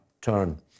turn